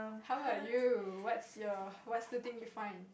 how are you what's your what's the thing you find